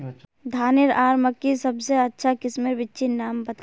धानेर आर मकई सबसे अच्छा किस्मेर बिच्चिर नाम बता?